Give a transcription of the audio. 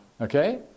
Okay